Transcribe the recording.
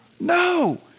no